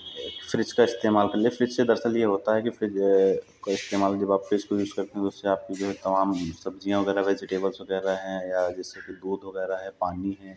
एक फ़्रिज का इस्तेमाल कर लिया फ़्रिज से दरअसल ये होता है कि फ़्रिज काे इस्तेमाल जब आप फ़्रिज को यूज़ करते हैं तो उससे आपकी जो है तमाम सब्ज़ियाँ वगैरह वेज़ीटेबल्स वगैरह हैं या जैसे कि दूध वगैरह है पानी है